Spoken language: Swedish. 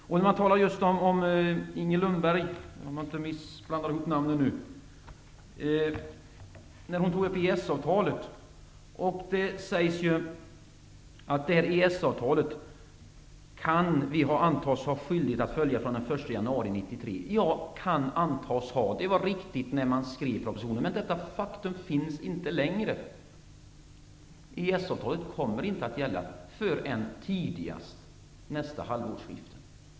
Inger Lundberg talade om EES-avtalet. Det sägs i propositionen att Sverige kan antas komma att ha skyldighet att följa EES-avtalet från den 1 januari 1993. Uttrycket ''kan antas ha'' var riktigt när man skrev propositionen, men detta faktum finns inte längre. EES-avtalet kommer inte att gälla förrän tidigast vid nästa halvårsskifte.